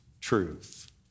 truth